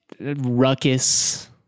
ruckus